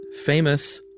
famous